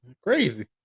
crazy